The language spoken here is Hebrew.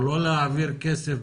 או לא להעביר כסף,